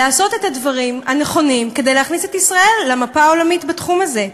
לעשות את הדברים הנכונים כדי להכניס את ישראל למפה העולמית בתחום הזה.